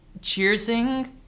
cheersing